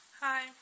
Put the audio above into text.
Hi